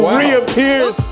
reappears